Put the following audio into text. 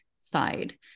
side